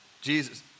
Jesus